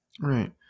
Right